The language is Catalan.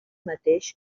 mateix